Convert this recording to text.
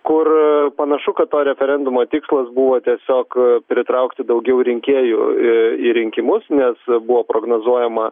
kur panašu kad to referendumo tikslas buvo tiesiog pritraukti daugiau rinkėjų į rinkimus nes buvo prognozuojama